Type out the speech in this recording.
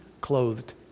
clothed